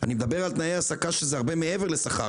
אני מדבר על תנאי העסקה שהם הרבה מעבר לשכר,